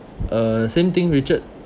uh same thing richard